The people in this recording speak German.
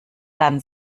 dann